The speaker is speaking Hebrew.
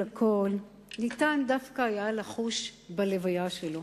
הכול היה אפשר לחוש דווקא בלוויה שלו.